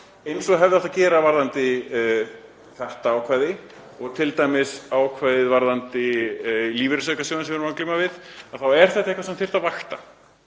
Eins og hefði átt að gera varðandi þetta ákvæði og t.d. ákvæðið varðandi lífeyrisaukasjóðinn sem við erum að glíma við, þá er þetta eitthvað sem þyrfti að vakta.